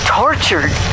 tortured